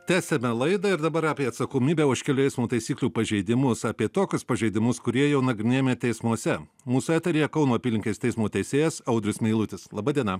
tęsiame laidą ir dabar apie atsakomybę už kelių eismo taisyklių pažeidimus apie tokius pažeidimus kurie jau nagrinėjami teismuose mūsų eteryje kauno apylinkės teismo teisėjas audrius meilutis laba diena